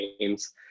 names